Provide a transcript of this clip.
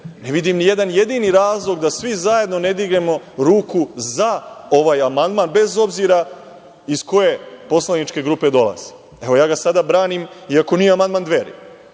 Ne vidim nijedan jedini razlog da svi zajedno ne dignemo ruku za ovaj amandman bez obzira iz koje poslaničke grupe dolazi. Ja ga sada branim iako nije amandman Dveri,